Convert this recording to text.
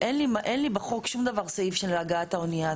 אין לי בחוק שום דבר סעיף של הגעת האונייה,